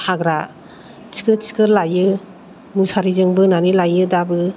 हाग्रा थिखो थिखो लाइयो मुसारिजों बोनानै लाइयो दाबो